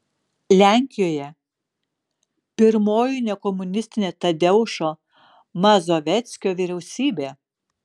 lenkijoje pirmoji nekomunistinė tadeušo mazoveckio vyriausybė